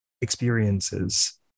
experiences